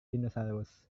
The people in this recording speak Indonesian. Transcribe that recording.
dinosaurus